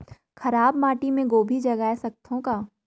खराब माटी मे गोभी जगाय सकथव का?